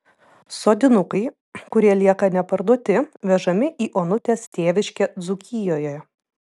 sodinukai kurie lieka neparduoti vežami į onutės tėviškę dzūkijoje